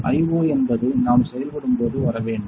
IO என்பது நாம் செயல்படும் போது வர வேண்டும்